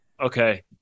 okay